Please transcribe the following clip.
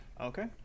Okay